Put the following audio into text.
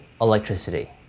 electricity